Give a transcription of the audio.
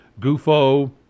Gufo